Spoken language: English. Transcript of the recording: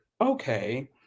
okay